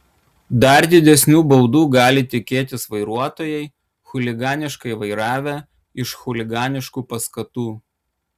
dar didesnių baudų gali tikėtis vairuotojai chuliganiškai vairavę iš chuliganiškų paskatų